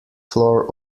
floor